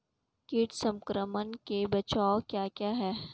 कीट संक्रमण के बचाव क्या क्या हैं?